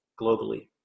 globally